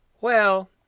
Well